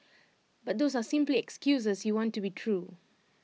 but those are simply excuses you want to be true